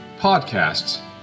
podcasts